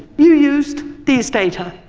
you used these data.